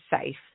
safe